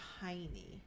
tiny